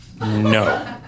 No